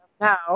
now